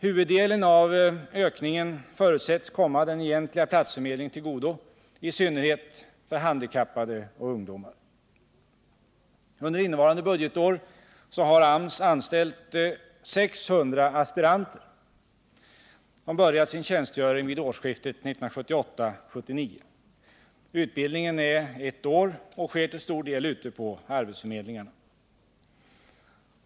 Huvuddelen av ökningen förutsätts komma den egentliga platsförmedlingen till godo, i synnerhet för handikap Under innevarande budgetår har AMS anställt 600 aspiranter, som börjat sin tjänstgöring vid årsskiftet 1978-1979. Utbildningen är ettårig och sker till stor del ute på arbetsförmedlingarna.